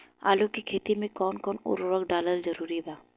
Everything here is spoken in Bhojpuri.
आलू के खेती मे कौन कौन उर्वरक डालल जरूरी बा?